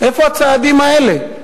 איפה הצעדים האלה?